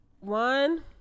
One